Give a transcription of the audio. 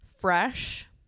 Fresh